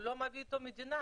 הוא לא מביא איתו מדינה.